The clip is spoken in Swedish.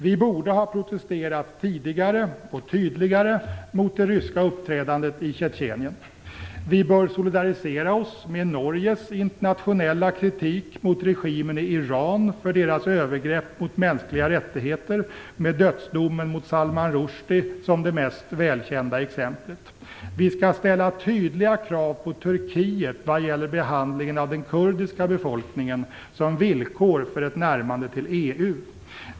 Vi borde ha protesterat tidigare och tydligare mot det ryska uppträdandet i Tjetjenien. Vi bör solidarisera oss med Norges internationella kritik mot regimen i Iran för dess övergrepp mot mänskliga rättigheter, med dödsdomen mot Salman Rushdie som det mest välkända exemplet. Vi skall ställa tydliga krav på Turkiet vad gäller behandlingen av den kurdiska befolkningen som villkor för ett närmande till EU.